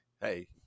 hey